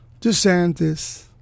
DeSantis